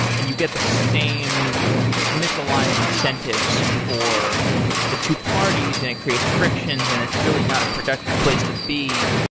and you get the same misaligned incentives for the two parties, and it creates frictions, and it's really not a productive place to be,